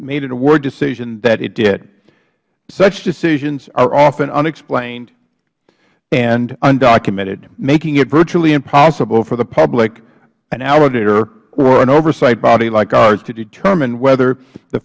made an award decision that it did such decisions are often unexplained and undocumented making it virtually impossible for the public or an oversight body like ours to determine whether the